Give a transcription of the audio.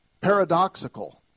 paradoxical